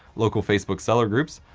local facebook seller groups,